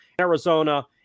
Arizona